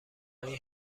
این